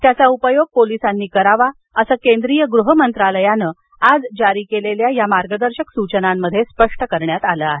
त्याचा उपयोग पोलिसांनी करावा असं केंद्रीय गृह मंत्रालयानं आज जारी केलेल्या या मार्गदर्शक सूचनांमध्ये स्पष्ट करण्यात आलं आहे